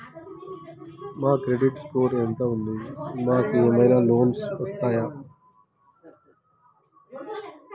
మా credit score ఎంత ఉంది? మాకు ఏమైనా లోన్స్ వస్తయా?